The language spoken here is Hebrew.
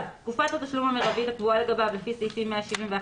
"(1)תקופת התשלום המרבית הקבועה לגביו לפי סעיפים 171,